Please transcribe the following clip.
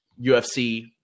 UFC